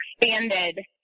expanded